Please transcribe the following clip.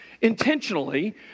intentionally